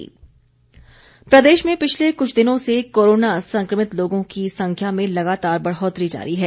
corona update प्रदेश में पिछले कुछ दिनों से कोरोना संक्रमित लोगों की संख्या में लगातार बढ़ौतरी जारी है